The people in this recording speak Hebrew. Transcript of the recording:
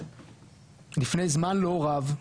לפני זמן לא רב,